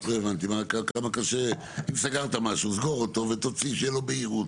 אם סגרת משהו, סגור אותו ותוציא שאלות בהירות